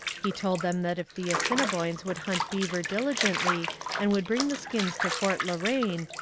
he told them that if the assiniboines would hunt beaver diligently and would bring the skins to fort la reine,